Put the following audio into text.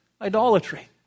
idolatry